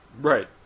right